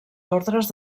ordres